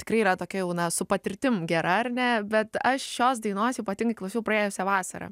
tikrai yra tokia jau na su patirtim gera ar ne bet aš šios dainos ypatingai klausiau praėjusią vasarą